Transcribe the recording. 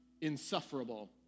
insufferable